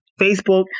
Facebook